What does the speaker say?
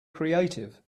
creative